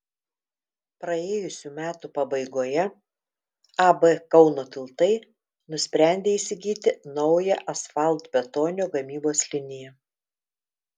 praėjusių metų pabaigoje ab kauno tiltai nusprendė įsigyti naują asfaltbetonio gamybos liniją